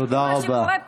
תודה רבה.